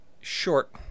short